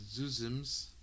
Zuzims